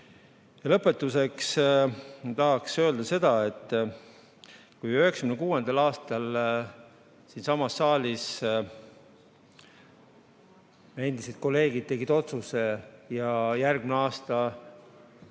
Lõpetuseks tahaks öelda seda, et kui 1996. aastal siinsamas saalis kunagised kolleegid tegid otsuse ja järgmine aasta peaks